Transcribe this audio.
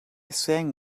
sang